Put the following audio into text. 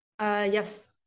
yes